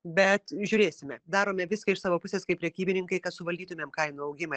bet žiūrėsime darome viską iš savo pusės kaip prekybininkai kad suvaldytumėm kainų augimą